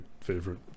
favorite